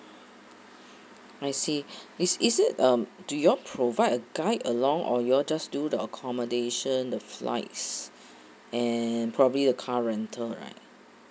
I see is is it um do you're provide a guide along or you're just do the accommodation the flights and probably the car rental right